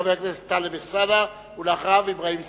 חבר הכנסת טלב אלסאנע, ואחריו, אברהים צרצור.